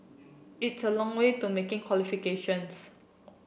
it's a long way to making qualifications